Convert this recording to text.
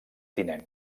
tinent